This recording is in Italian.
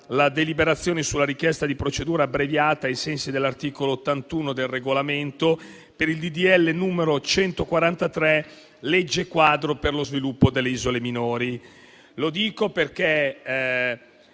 la deliberazione sulla richiesta di procedura abbreviata, ai sensi dell'articolo 81 del Regolamento, per il disegno di legge n. 143, recante legge quadro per lo sviluppo delle isole minori. Lo dico perché